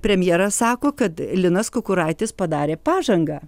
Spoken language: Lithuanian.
premjeras sako kad linas kukuraitis padarė pažangą